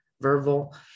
verbal